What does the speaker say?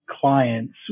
clients